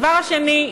הדבר השני,